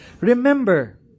Remember